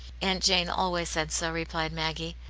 aunt jane always said so, replied maggie,